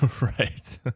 Right